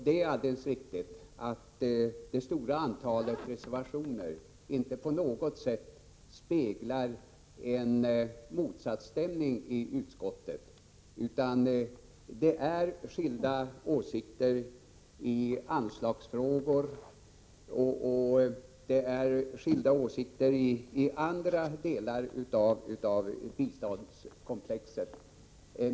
Det är helt rätt att det stora antalet reservationer inte på något sätt speglar en motsatsställning i utskottet, utan det gäller skilda åsikter i anslagsfrågor och skilda åsikter när det gäller andra delar av biståndskomplexet.